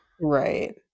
right